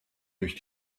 durch